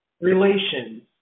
relations